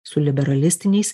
su liberalistiniais